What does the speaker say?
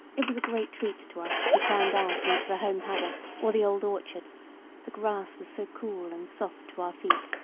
it was a great treat to us to be turned out into the home paddock or the old orchard the grass was so cool and soft to our feet,